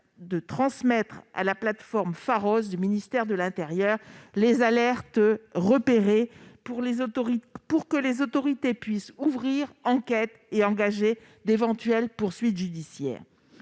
de transmettre à la plateforme Pharos du ministère de l'intérieur les alertes repérées pour que les autorités puissent ouvrir des enquêtes et engager d'éventuelles poursuites judiciaires.